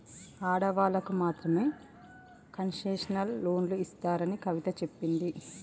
ఆడవాళ్ళకు మాత్రమే కన్సెషనల్ లోన్లు ఇస్తున్నారని కవిత చెప్పింది